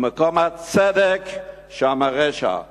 ומקום הצדק שמה הרשע",